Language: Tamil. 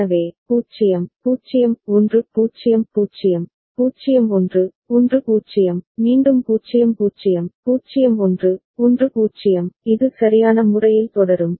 எனவே 0 0 1 0 0 0 1 1 0 மீண்டும் 0 0 0 1 1 0 இது சரியான முறையில் தொடரும்